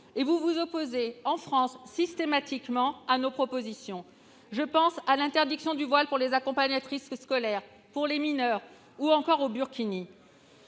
vous vous opposez systématiquement à nos propositions pour la France. Je pense à l'interdiction du voile pour les accompagnatrices scolaires, les mineurs, ou encore au burkini.